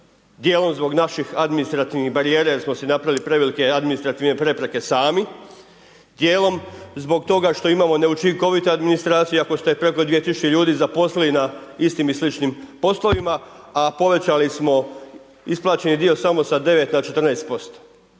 Gdje on zbog naših administrativnih barijera jer smo si napravili prevelike administrativne prepreke sami, djelom zbog toga što imamo neučinkovitu administraciju ako ste preko 2000 ljudi zaposlili na istim i sličnim poslovima a povećali smo isplaćeni dio samo sa 9 na 14%.